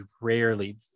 rarely